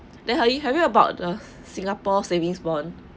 then how you have you about the singapore savings bond